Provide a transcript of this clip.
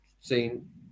seen